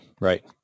right